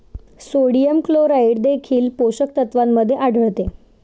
sodium chloride देखील पोषक तत्वांमध्ये आढळते